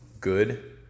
good